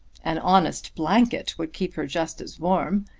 an honest blanket would keep her just as warm.